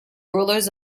rulers